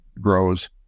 grows